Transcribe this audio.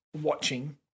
watching